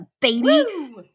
baby